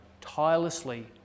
tirelessly